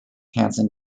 hanson